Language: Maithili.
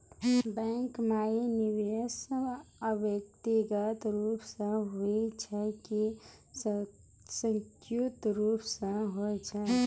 बैंक माई निवेश व्यक्तिगत रूप से हुए छै की संयुक्त रूप से होय छै?